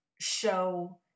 show